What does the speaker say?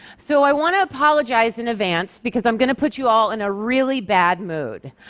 so i want to apologize in advance, because i'm going to put you all in a really bad mood.